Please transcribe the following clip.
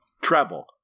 Treble